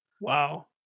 Wow